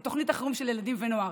את תוכנית החירום של ילדים ונוער.